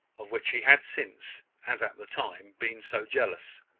of which he had since, as at the time, been so jealous!